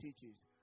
teaches